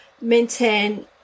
maintain